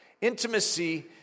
Intimacy